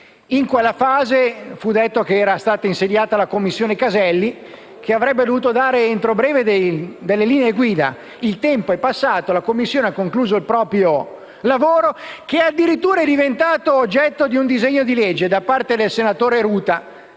In quella fase fu detto che era stata insediata la Commissione Caselli, la quale avrebbe dovuto dare entro breve delle linee guida. Il tempo è passato e la Commissione ha concluso il proprio lavoro, che addirittura è diventato oggetto di un disegno di legge da parte del senatore Ruta,